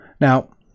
Now